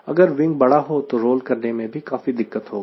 अगर विंग बड़ा हो तो रोल करने में काफी दिक्कत होगी